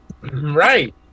Right